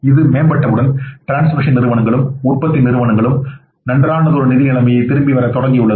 இது மேம்பட்டவுடன் டிரான்ஸ்மிஷன் நிறுவனங்களுக்கும் உற்பத்தி நிறுவனங்களுக்கும் நன்றானதொரு நிதிநிலைமை திரும்பி வரத் தொடங்கியுள்ளது